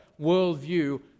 worldview